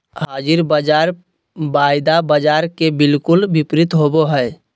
हाज़िर बाज़ार वायदा बाजार के बिलकुल विपरीत होबो हइ